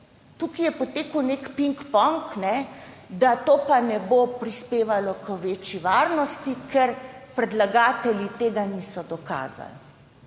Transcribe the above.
Tukaj je potekal nek pingpong, da to ne bo prispevalo k večji varnosti, ker predlagatelji tega niso dokazali.